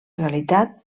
realitat